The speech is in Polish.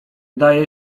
daje